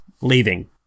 leaving